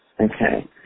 Okay